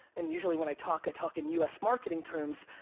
and usually when i talk, i talk in u s. marketing terms,